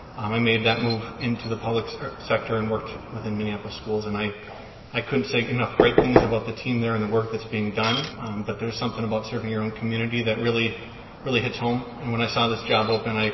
um i made that move into the public so sector and worked within minneapolis schools and i i couldn't say enough great things about the team there and the work that's being done but there's something about serving your own community that really really hits home and when i saw this job open,